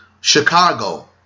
Chicago